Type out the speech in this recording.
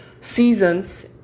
seasons